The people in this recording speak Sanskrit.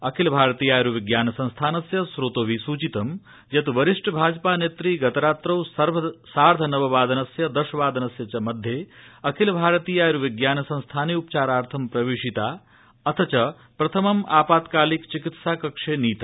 अखिल भारतीयायुर्विज्ञानसंस्थानस्य स्रोतोभिः सूचितं यत् वरिष्ट भाजपा नेत्री रात्रौ सार्धनववादनस्य दश वादनस्य च मध्ये अखिलभारतीययूर्विज्ञानसंस्थाने उपचारार्थ प्रवेशिता अध च प्रथमम् आपत्कालिक चिकित्साकक्षे नीता